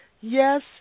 Yes